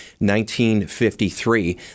1953